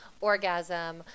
orgasm